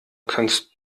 kannst